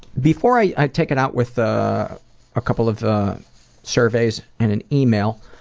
before i i take it out with a ah couple of surveys and an email,